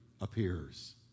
appears